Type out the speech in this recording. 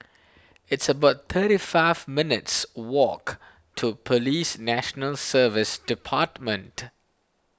it's about thirty five minutes' walk to Police National Service Department